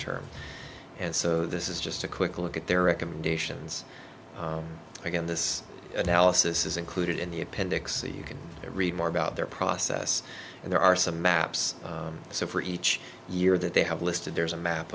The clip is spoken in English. term and so this is just a quick look at their recommendations again this analysis is included in the appendix a you can read more about their process and there are some maps so for each year that they have listed there's a map